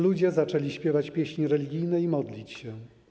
Ludzie zaczęli śpiewać pieśni religijne i modlić się.